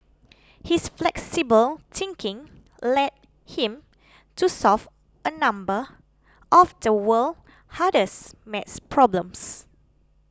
his flexible thinking led him to solve a number of the world's hardest math problems